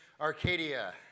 Arcadia